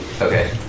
Okay